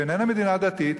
שאיננה מדינה דתית,